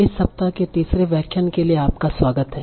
इस सप्ताह के तीसरे व्याख्यान के लिए आपका स्वागत है